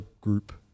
group